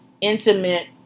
intimate